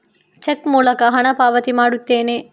check ಮೂಲಕ ಹಣ ಪಾವತಿ ಮಾಡುತ್ತೇನೆ